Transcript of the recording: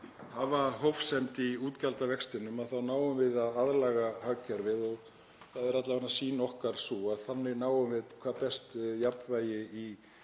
hafa hófsemd í útgjaldavextinum þá náum við að aðlaga hagkerfið og það er alla vega sýn okkar að þannig náum við hvað best jafnvægi í